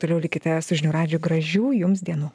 toliau likite su žinių radiju gražių jums dienų